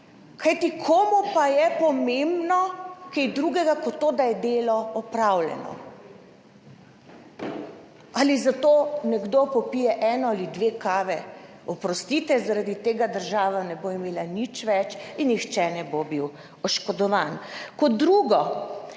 Kajti, komu pa je pomembno, kaj drugega kot to, da je delo opravljeno? Ali za to nekdo popije eno ali dve kavi? Oprostite, zaradi tega država ne bo imela nič več in nihče ne bo bil oškodovan. Kot drugo,